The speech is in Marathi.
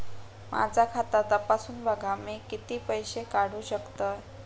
माझा खाता तपासून बघा मी किती पैशे काढू शकतय?